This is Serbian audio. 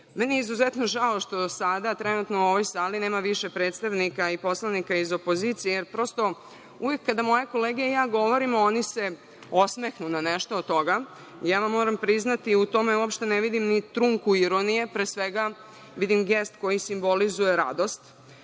je izuzetno žao što sada, trenutno u ovoj sali nema više predstavnika i poslanika iz opozicije, prosto, uvek kada moje kolege i ja govorimo oni se osmehnu na nešto od toga. Moram vam priznati, u tome uopšte ne vidim ni trnunku, jer on nije pre svega, vidim gest koji simbolizuje radost.